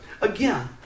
Again